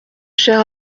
cher